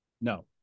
no